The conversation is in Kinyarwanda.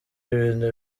ibintu